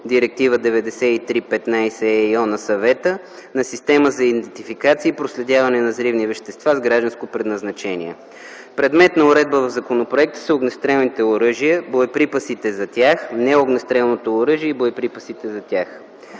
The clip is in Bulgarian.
Директива 93/15/ЕИО на Съвета на система за идентификация и проследяване на взривни вещества с гражданско предназначение. Предмет на уредба в законопроекта са огнестрелните оръжия, боеприпасите за тях, неогнестрелното оръжие и боеприпасите за тях.